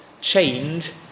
chained